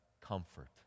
comfort